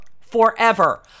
forever